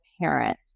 parent